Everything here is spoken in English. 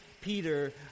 Peter